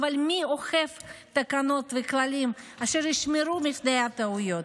אבל מי אוכף תקנות וכללים אשר ישמרו מפני הטעויות?